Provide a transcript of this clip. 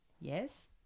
Yes